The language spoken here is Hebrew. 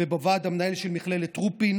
ובוועד המנהל של מכללת רופין,